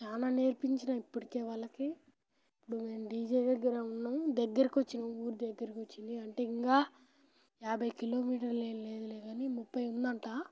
చాలా నేర్పించిన ఇప్పటికి వాళ్ళకి ఇప్పుడు నేను డీజే దగ్గర ఉన్నాం దగ్గరకు వచ్చినాం ఊరి దగ్గర వచ్చింది అంటే ఇంకా యాభై కిలోమీటర్లు ఏం లేదు కానీ ముప్పై ఉందంటా